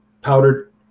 powdered